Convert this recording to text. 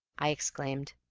i exclaimed.